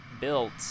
built